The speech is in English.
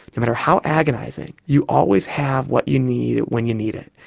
no matter how agonising, you always have what you need when you need it.